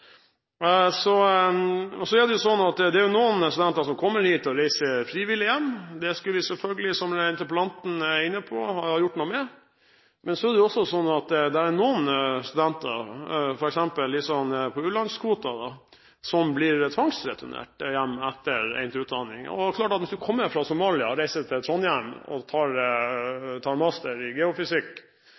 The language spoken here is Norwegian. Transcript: Så er det sånn at det er noen studenter som kommer hit, og som reiser frivillig hjem. Det skulle vi selvfølgelig, som interpellanten var inne på, ha gjort noe med. Så er det også sånn at noen studenter, f.eks. fra u-landskvoten, blir tvangsreturnert hjem etter endt utdanning. Det er klart at hvis du kommer fra Somalia og reiser til Trondheim og tar en mastergrad i geofysikk,